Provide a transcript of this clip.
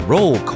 Roll